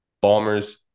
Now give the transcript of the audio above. Bombers